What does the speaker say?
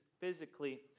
physically